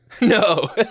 No